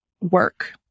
work